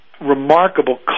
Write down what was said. Remarkable